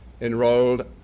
enrolled